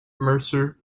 mercer